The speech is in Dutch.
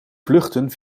vluchten